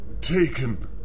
taken